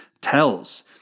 tells